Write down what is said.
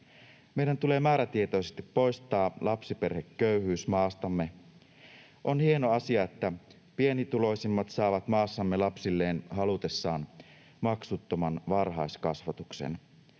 Meidän tulee määrätietoisesti poistaa lapsiperheköyhyys maastamme. On hieno asia, että pienituloisimmat saavat maassamme lapsilleen halutessaan maksuttoman varhaiskasvatuksen.